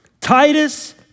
Titus